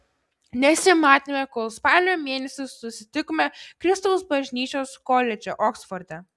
nesimatėme kol spalio mėnesį susitikome kristaus bažnyčios koledže oksforde